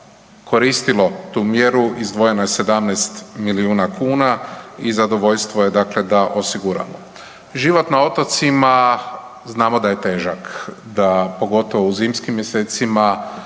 koristilo tu mjeru, izdvojeno je 17 milijuna kuna i zadovoljstvo je dakle da osiguramo. Život na otocima, znamo da je težak, da, pogotovo u zimskim mjesecima,